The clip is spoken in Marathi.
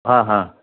हां हां